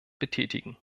betätigen